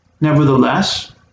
nevertheless